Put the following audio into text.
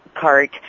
cart